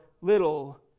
little